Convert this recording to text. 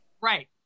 right